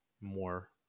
more